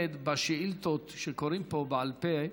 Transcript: בשאילתות שקוראים פה בעל פה,